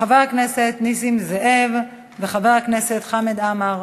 של חבר הכנסת נסים זאב וחבר הכנסת חמד עמאר.